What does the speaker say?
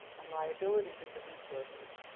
and liabilities into resources,